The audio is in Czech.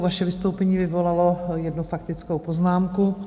Vaše vystoupení vyvolalo jednu faktickou poznámku.